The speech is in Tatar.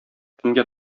кемгә